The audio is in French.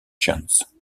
chance